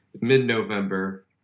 mid-November